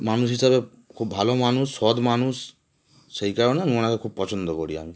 মানুষ হিসাবে খুব ভালো মানুষ সৎ মানুষ সেই কারণে আমি ওনাকে খুব পছন্দ করি আমি